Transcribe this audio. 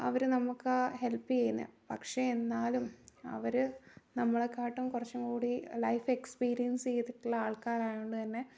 അവര് നമുക്ക് ആ ഹെൽപ്പ് ചെയ്യുന്നത് പക്ഷെ എന്നാലും അവർ നമ്മളെക്കാളും കുറച്ചും കൂടി ലൈഫ് എക്സ്പീരിയൻസ് ചെയ്തിട്ടുള്ള ആൾക്കാർ ആയതു കൊണ്ടു തന്നെ